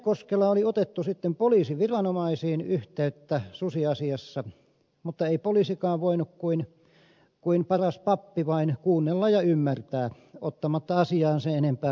äänekoskella oli otettu sitten poliisiviranomaisiin yhteyttä susiasiassa mutta ei poliisikaan voinut kuin paras pappi vain kuunnella ja ymmärtää ottamatta asiaan sen enempää kantaa